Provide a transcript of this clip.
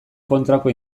kontrako